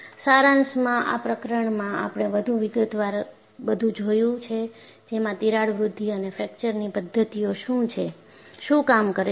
સારાંશમાં આ પ્રકરણમાં આપણે વધુ વિગતવાર બધું જોયું છે જેમાં તિરાડ વૃદ્ધિ અને ફ્રેકચરની પદ્ધતિઓ શું કામ કરે છે